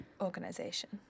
organization